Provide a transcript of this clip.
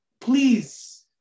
Please